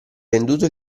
venduto